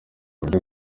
uburyo